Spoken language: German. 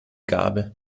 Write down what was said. gabe